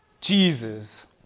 Jesus